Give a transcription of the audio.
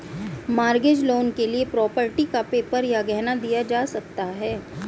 mortgage loan के लिए property का पेपर या गहना दिया जा सकता है